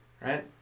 Right